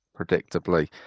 predictably